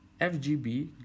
FGB